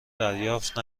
دریافت